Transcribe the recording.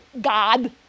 God